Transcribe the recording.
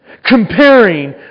Comparing